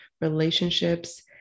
relationships